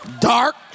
dark